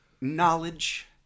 knowledge